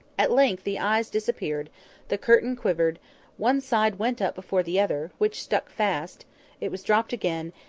at length the eyes disappeared the curtain quivered one side went up before the other, which stuck fast it was dropped again,